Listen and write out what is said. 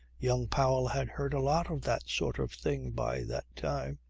young powell had heard a lot of that sort of thing by that time.